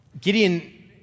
Gideon